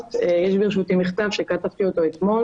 שאמרת יש ברשותי מכתב שכתבתי אתמול,